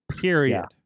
Period